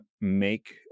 make